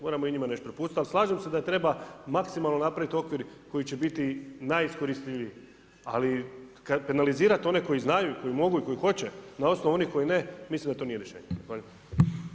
Moramo i njima nešto prepustiti ali slažem se da treba maksimalno napraviti okvir koji će biti najiskoristljiviji ali kad penalizirate one koji znaju i koji mogu i koji hoće na osnovu onih koji ne, mislim da to nije rješenje.